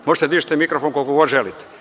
Možete da dižete mikrofon koliko god želite.